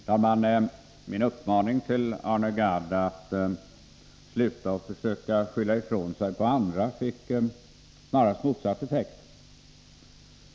Herr talman! Min uppmaning till Arne Gadd att sluta med att försöka skylla ifrån sig på andra fick snarast motsatt effekt.